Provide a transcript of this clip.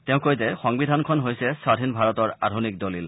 তেওঁ কয় যে সংবিধানখন হৈছে স্বধীন ভাৰতৰ আধুনিক দলিল